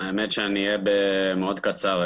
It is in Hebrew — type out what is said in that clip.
שאני אהיה קצר מאוד,